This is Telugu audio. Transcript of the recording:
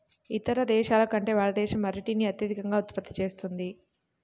ఇతర దేశాల కంటే భారతదేశం అరటిని అత్యధికంగా ఉత్పత్తి చేస్తుంది